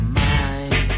mind